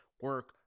Work